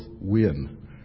win